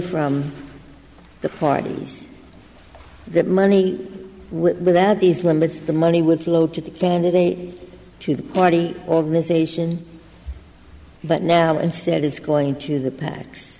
from the party that money without these limits the money would flow to the candidate to the party organisation but now instead of going to the pac